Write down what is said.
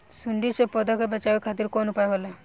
सुंडी से पौधा के बचावल खातिर कौन उपाय होला?